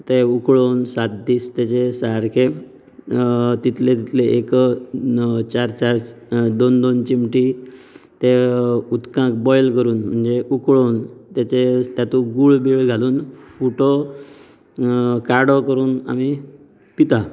ते उकडून सात दीस तेचे सारकें तितले तितले एक चार चार दोन दोन चिमटी ते उदकांत बॉयल करून जे उकडून तेचे तातूंत गुळ बीन घालून फुटो काडो करून आमी पिता